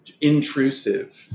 intrusive